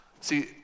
See